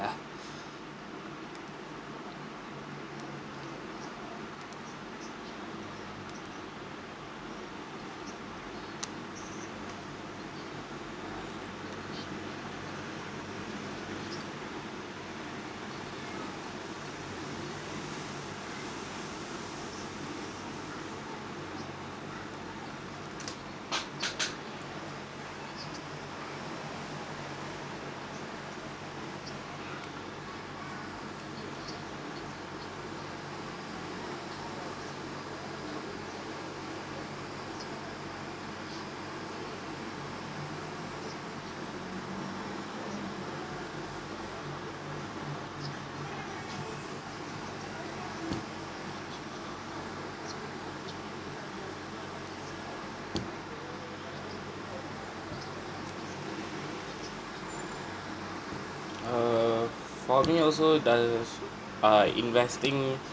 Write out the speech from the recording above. err for me also does err investing